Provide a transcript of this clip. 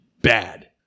bad